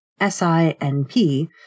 SINP